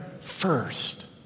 first